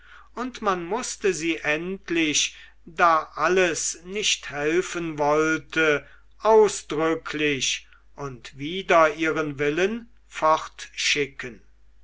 und man mußte sie endlich da alles nicht helfen wollte ausdrücklich und wider ihren willen